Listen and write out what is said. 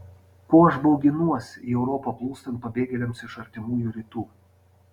ko aš bauginuosi į europą plūstant pabėgėliams iš artimųjų rytų